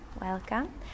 welcome